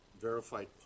verified